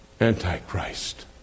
Antichrist